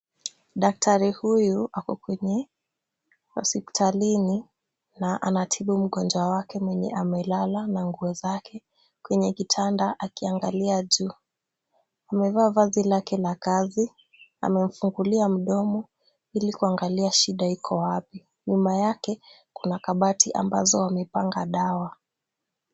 Daktari huyu ako kwenye hospitalini, na anatibu mkonja mwenye amelala na nguo zake kwenye kitanda akiangalia juu, amevaa vazi lake la kazi amefungulia mdomo ili kuangalia shida iko wapi, nyuma yake, kuna kabati ambazo wamepanga dawa.